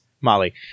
Molly